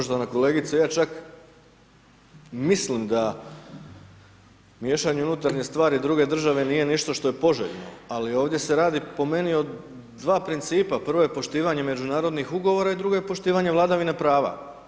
Poštovana kolegice, ja čak mislim da miješanje unutarnje stvari druge države nije nešto što je poželjno ali ovdje se radi po meni o dva principa, prvo je poštovanje međunarodnih ugovora i drugo je poštivanje vladavine prava.